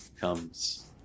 comes